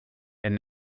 and